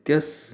त्यस